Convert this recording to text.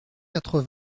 quatre